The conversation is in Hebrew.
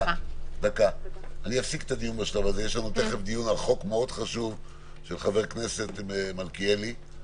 תיכף יש לנו דיון על חוק מאוד חשוב של חבר הכנסת מלכיאלי,